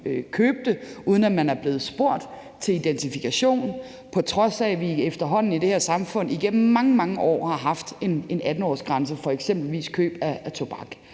købe det, uden at man er blevet spurgt til identifikation, på trods af at vi efterhånden i det her samfund igennem mange, mange år har haft en 18-årsgrænse for eksempelvis køb af tobak.